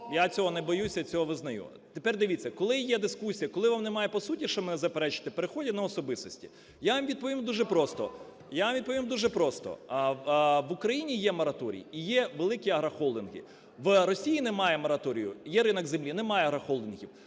я цього не боюся і це визнаю. Тепер дивіться, коли є дискусія, коли вам немає по суті що заперечити, переходять на особистості. Я вам відповім дуже просто. Я вам відповім дуже просто: в Україні є мораторій і є великі агрохолдинги; в Росії немає мораторію, є ринок землі, немає агрохолдингів;